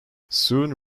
soon